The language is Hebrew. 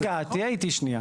רגע, תהיה איתי שנייה.